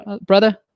brother